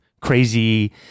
crazy